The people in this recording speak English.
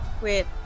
wait